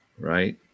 right